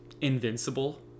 invincible